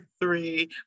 three